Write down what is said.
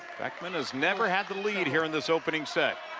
beckman has never had the lead here in this opening set.